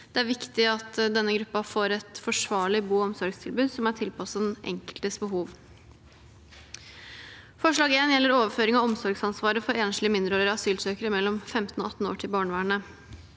Det er viktig at denne gruppen får et forsvarlig bo- og omsorgstilbud som er tilpasset den enkeltes behov. Forslag nr. 1 i representantforslaget gjelder overføring av omsorgsansvaret for enslige mindreårige asylsøkere mellom 15 og 18 år til barnevernet.